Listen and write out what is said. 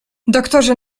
doktorze